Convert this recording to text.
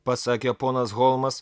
pasakė ponas holmas